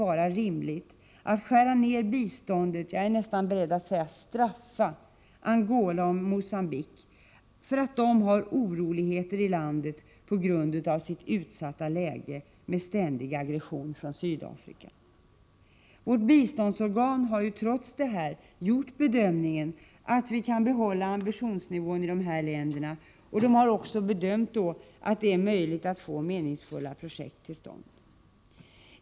vara rimligt att skära ner biståndet till — jag är nästan beredd att säga ”straffa” — Angola och Mogambique för att de har oroligheter i landet på grund av sitt utsatta läge med ständig aggression från Sydafrika. Vårt biståndsorgan har ju trots detta gjort bedömningen att vi kan bibehålla ambitionsnivån när det gäller dessa länder, och man har också bedömt det som möjligt att få meningsfulla projekt till stånd.